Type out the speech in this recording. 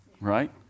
Right